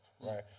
Right